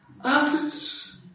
others